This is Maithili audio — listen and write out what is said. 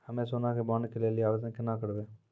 हम्मे सोना के बॉन्ड के लेली आवेदन केना करबै?